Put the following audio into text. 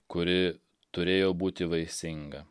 kuri turėjo būti vaisinga